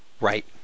Right